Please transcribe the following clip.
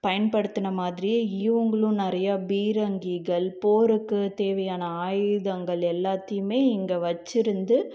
பயன்படுத்துன மாதிரியே இவங்களும் நிறையா பீரங்கிகள் போருக்கு தேவையான ஆயுதங்கள் எல்லாத்தையுமே இங்கே வச்சிருந்து